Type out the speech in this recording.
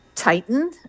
Titan